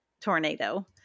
tornado